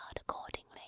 accordingly